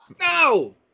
No